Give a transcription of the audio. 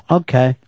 okay